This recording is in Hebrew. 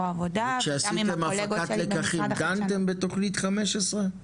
העבודה וגם עם הקולגות שלי במשרד החדשנות.